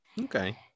Okay